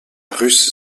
russe